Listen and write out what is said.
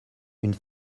une